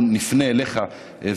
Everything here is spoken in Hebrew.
אנחנו נפנה אליך,